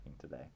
today